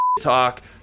talk